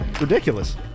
Ridiculous